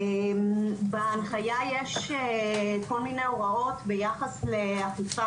בהנחיה יש כל מיני הוראות ביחס לאכיפה